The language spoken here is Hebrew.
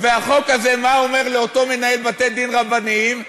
והחוק הזה, מה אומר לאותו מנהל בתי-דין רבניים?